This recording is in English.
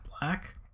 black